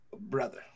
brother